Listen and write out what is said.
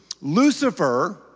Lucifer